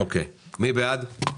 מי בעד?